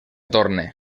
torne